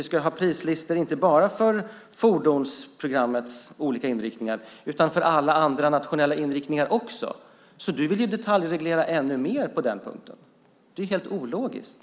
Vi ska ju ha prislistor inte bara för fordonsprogrammets olika inriktningar utan också för alla andra nationella inriktningar. Han vill detaljreglera ännu mer. Det är helt ologiskt.